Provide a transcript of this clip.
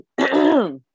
Okay